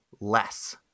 less